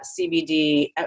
CBD